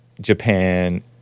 Japan